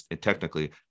technically